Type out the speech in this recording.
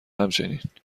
همچنین